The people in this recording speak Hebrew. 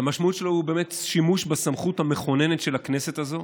שהמשמעות שלו היא באמת שימוש בסמכות המכוננת של הכנסת הזאת